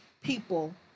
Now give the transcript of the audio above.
people